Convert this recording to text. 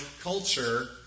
culture